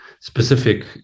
specific